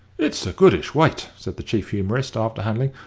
it's a goodish weight, said the chief humorist, after handling